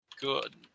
good